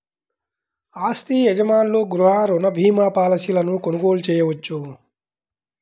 ఆస్తి యజమానులు గృహ రుణ భీమా పాలసీలను కొనుగోలు చేయవచ్చు